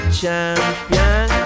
champion